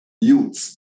Youths